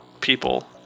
people